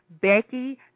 Becky